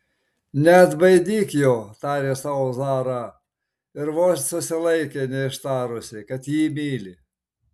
neatbaidyk jo tarė sau zara ir vos susilaikė neištarusi kad jį myli